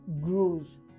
grows